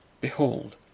Behold